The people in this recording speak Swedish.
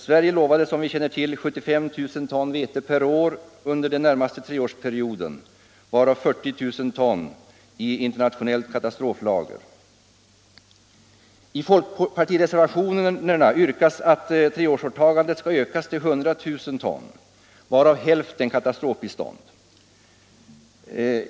Sverige lovade, som vi känner till, 75 000 ton vete per år under den närmaste treårsperioden, varav 40 000 ton i ett internationellt katastroflager. I folkpartireservationen yrkas att treårsåtagandet skall ökas till 100 000 ton, varav hälften som katastrofbistånd.